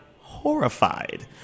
horrified